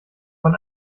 von